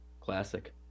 classic